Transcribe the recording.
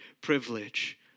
privilege